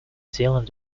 zealand